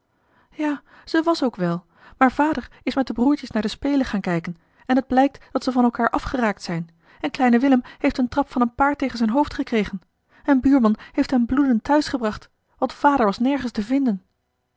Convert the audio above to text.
ja ze was ook wèl maar vader is met de broêrtjes naar de spelen gaan kijken en het blijkt dat ze van elkaâr afgeraakt zijn en kleine willem heeft een trap van een paard tegen zijn hoofd gekregen en buurman heeft hem bloedend thuisgebracht want vader was nergens te vinden